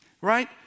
Right